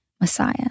Messiah